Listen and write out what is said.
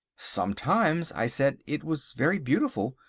sometimes, i said, it was very beautiful.